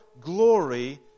glory